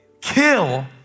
kill